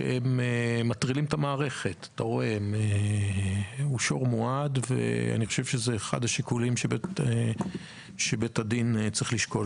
שמטרילים את המערכת אני חושב שזה אחד השיקולים שבית הדין צריך לשקול.